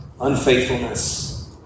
unfaithfulness